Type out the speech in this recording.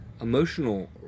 emotional